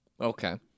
Okay